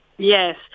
Yes